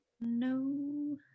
No